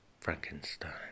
frankenstein